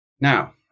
Now